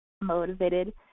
motivated